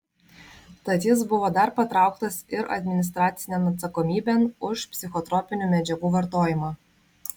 tad jis buvo dar patrauktas ir administracinėn atsakomybėn už psichotropinių medžiagų vartojimą